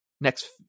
next